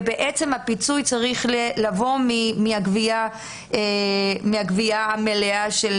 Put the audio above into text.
והפיצוי צריך לבוא מהגבייה המלאה של